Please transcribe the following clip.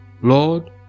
Lord